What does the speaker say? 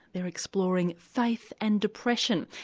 they're exploring faith and depression,